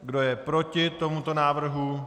Kdo je proti tomuto návrhu?